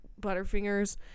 Butterfingers